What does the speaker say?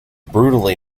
brutally